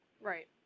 Right